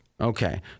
Okay